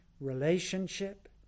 relationship